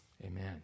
Amen